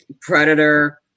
Predator